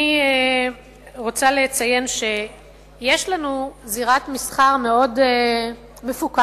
אני רוצה לציין שיש לנו זירת מסחר מאוד מפוכחת,